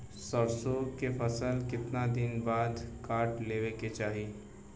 सरसो के फसल कितना दिन के बाद काट लेवे के चाही?